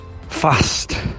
fast